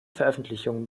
veröffentlichungen